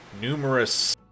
numerous